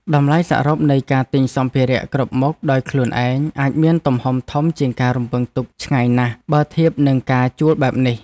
តម្លៃសរុបនៃការទិញសម្ភារៈគ្រប់មុខដោយខ្លួនឯងអាចមានទំហំធំជាងការរំពឹងទុកឆ្ងាយណាស់បើធៀបនឹងការជួលបែបនេះ។